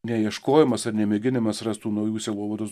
neieškojimas ar nemėginimas rast tų naujų sielovados